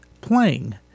playing